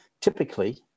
Typically